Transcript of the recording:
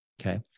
Okay